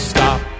Stop